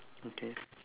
okay